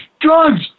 drugs